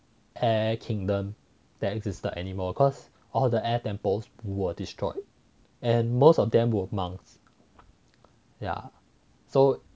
air kingdom that existed anymore cause all the air temples were destroyed and most of them were monks ya so